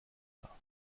war